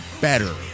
better